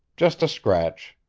just a scratch.